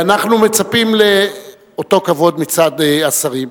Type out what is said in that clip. ואנחנו מצפים לאותו כבוד מצד השרים.